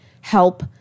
help